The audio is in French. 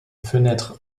fenêtres